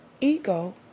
ego